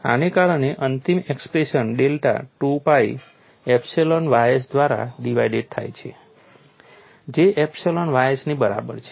આને કારણે અંતિમ expression delta 2pi epsilon ys દ્વારા ડિવાઇડેડ થાય છે જે એપ્સિલોન ys ની બરાબર છે